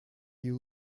you